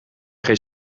geen